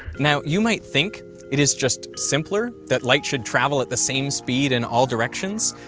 now, you might think it is just simpler that light should travel at the same speed in all directions,